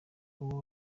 uwo